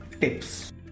tips